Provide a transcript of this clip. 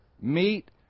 meet